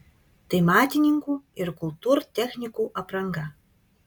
tai matininkų ir kultūrtechnikų apranga